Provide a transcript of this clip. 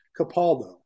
Capaldo